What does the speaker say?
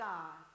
God